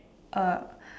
uh